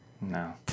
No